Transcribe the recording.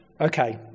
Okay